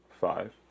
Five